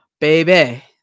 Baby